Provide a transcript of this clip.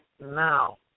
now